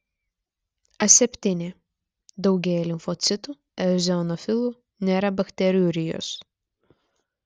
aseptinė daugėja limfocitų eozinofilų nėra bakteriurijos